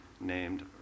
named